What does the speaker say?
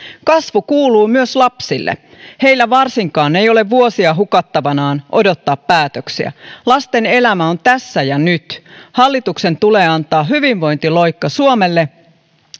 kasvu kuuluu myös lapsille heillä varsinkaan ei ole vuosia hukattavanaan odottaa päätöksiä lasten elämä on tässä ja nyt hallituksen tulee antaa hyvinvointiloikka suomelle